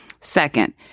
Second